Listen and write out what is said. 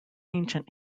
ancient